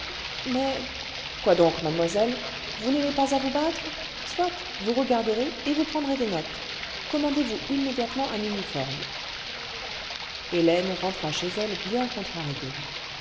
mais quoi donc mademoiselle vous n'aimez pas à vous battre soit vous regarderez et vous prendrez des notes commandez-vous immédiatement un uniforme hélène rentra chez elle bien contrariée